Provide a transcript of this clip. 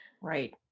Right